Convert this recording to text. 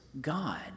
God